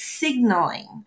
signaling